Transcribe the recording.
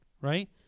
right